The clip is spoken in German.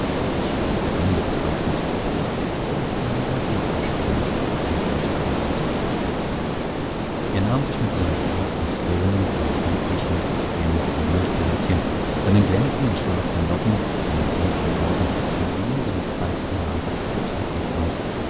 das schöne gelände betrachtend oder vielmehr den weg erspähend den er einschlagen wollte er nahm sich mit seiner bewölkten stirne seinem lieblichen aber schwermütigen mundbärtchen seinen glänzenden schwarzen locken seinen dunklen augen im wehen seines faltigen mantels vortrefflich aus